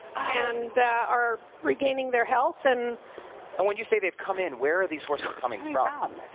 and are regaining their health and and when you say they've come in, where are these horses coming from?